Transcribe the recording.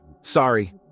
Sorry